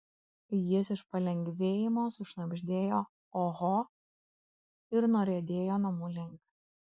jis iš palengvėjimo sušnabždėjo oho ir nuriedėjo namų link